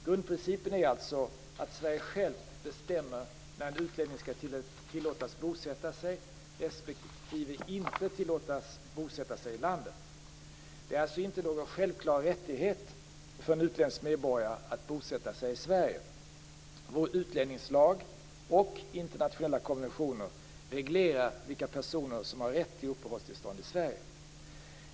Grundprincipen är alltså att Sverige självt bestämmer när en utlänning skall tillåtas bosätta sig respektive inte tillåtas bosätta sig i landet. Det är alltså inte någon självklar rättighet för en utländsk medborgare att bosätta sig i Sverige. Vår utlänningslag, och internationella konventioner, reglerar vilka personer som har rätt till uppehållstillstånd i Sverige.